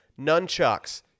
nunchucks